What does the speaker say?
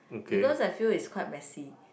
because I feel is quite messy